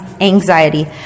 anxiety